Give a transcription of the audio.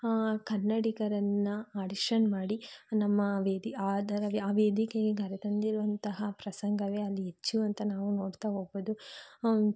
ಕನ್ನಡಿಗರನ್ನು ಆಡಿಷನ್ ಮಾಡಿ ನಮ್ಮ ವೇದಿ ಆ ವೇದಿಕೆಗೆ ಕರೆತಂದಿರುವಂತಹ ಪ್ರಸಂಗವೇ ಅಲ್ಲಿ ಹೆಚ್ಚು ಅಂತ ನಾವು ನೋಡ್ತಾ ಹೋಗ್ಬೋದು